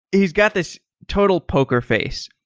he's got this total poker face,